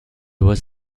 was